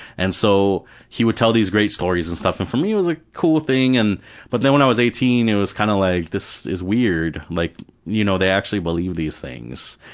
and so he would tell these great stories and stuff and for me it was a cool thing. and but then when i was eighteen it was kind of like, this is weird, like you know they actually believe these things.